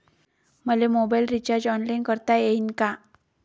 मले mobile recharge online करता येईन का?